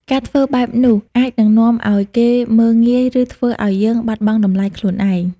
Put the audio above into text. ការធ្វើបែបនោះអាចនឹងនាំឲ្យគេមើលងាយ ឬធ្វើឲ្យយើងបាត់បង់តម្លៃខ្លួនឯង។